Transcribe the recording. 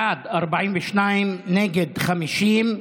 בעד, 42, נגד, 49,